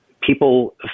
People